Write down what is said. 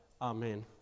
Amen